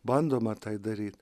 bandoma tai daryt